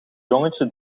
jongetje